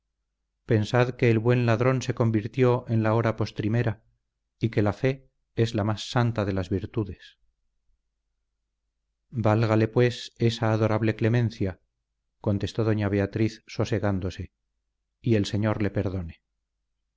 pensad que el buen ladrón se convirtió en la hora postrimera y que la fe es la más santa de las virtudes válgale pues esa adorable clemencia contestó doña beatriz sosegándose y el señor le perdone